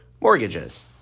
mortgages